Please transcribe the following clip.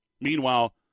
Meanwhile